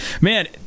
man